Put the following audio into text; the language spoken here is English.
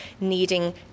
needing